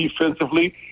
defensively